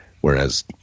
whereas